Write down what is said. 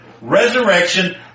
resurrection